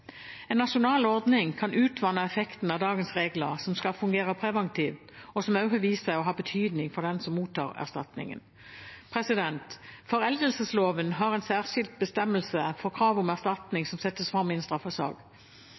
En nasjonal ordning kan utvanne effekten av dagens regler, som skal fungere preventivt, og som også har vist seg å ha betydning for den som mottar erstatningen. Foreldelsesloven har en særskilt bestemmelse for krav om erstatning som settes fram i en straffesak.